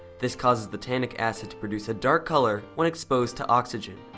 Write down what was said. this causes the tanic acid to produce a dark color when exposed to oxygen.